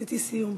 עשיתי סיום.